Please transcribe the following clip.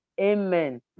Amen